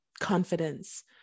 confidence